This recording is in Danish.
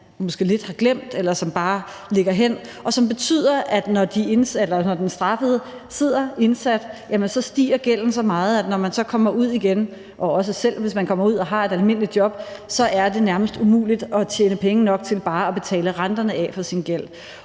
måske lidt har glemt, eller som bare ligger hen. Det betyder, at mens den straffede sidder indsat, stiger gælden så meget, at når man så kommer ud igen, også selv om man kommer ud og har et almindeligt job, er det nærmest umuligt at tjene penge nok til bare at betale af på renterne af sin gæld.